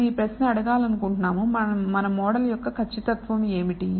మనం ఈ ప్రశ్న అడగాలనుకుంటున్నాము మన మోడల్ యొక్క ఖచ్చితత్వం ఏమిటి